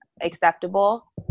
acceptable